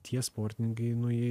tie sportininkai nu jie